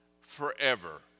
forever